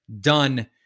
done